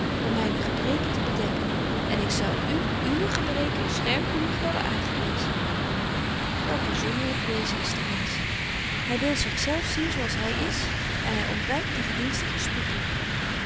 om myne gebreken te bedekken en ik zou u uwe gebreken scherp genoeg hebben aangewezen welk een zonderling wezen is de mensch hy wil zich zelf zien zo als hy is en hy ontwykt den gedienstigen